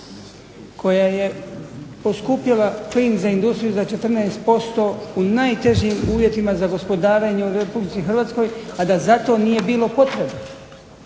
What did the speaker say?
koja je poskupila plin za industriju za 14% u najtežim uvjetima za gospodarenje u Republici Hrvatskoj, a da za to nije bilo potrebe.